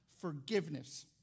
Forgiveness